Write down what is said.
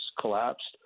collapsed